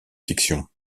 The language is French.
fiction